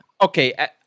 Okay